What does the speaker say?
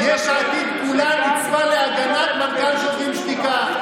יש עתיד כולה ניצבה להגנת מנכ"ל שוברים שתיקה,